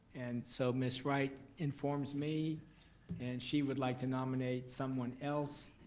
and so mrs. wright informs me and she would like to nominate someone else,